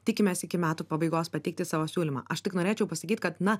tikimės iki metų pabaigos pateikti savo siūlymą aš tik norėčiau pasakyti kad